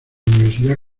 universidad